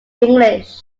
english